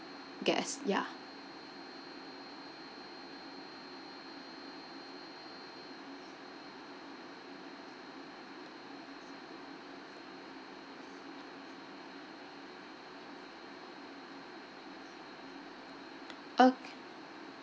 guest ya okay